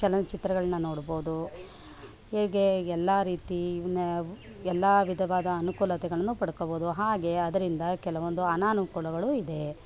ಚಲನಚಿತ್ರಗಳನ್ನ ನೋಡ್ಬೋದು ಹೇಗೆ ಎಲ್ಲ ರೀತಿ ಉ ನ್ಯ ಎಲ್ಲ ವಿಧವಾದ ಅನುಕೂಲತೆಯನ್ನು ಪಡ್ಕೊಳ್ಬೋದು ಹಾಗೆ ಅದರಿಂದ ಕೆಲವೊಂದು ಅನಾನುಕೂಲಗಳು ಇದೆ